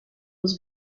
was